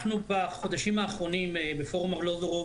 אנחנו בחודשים האחרונים בפורום ארלוזורוב